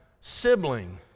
sibling